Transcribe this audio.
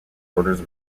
orders